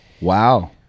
Wow